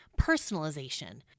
personalization